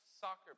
soccer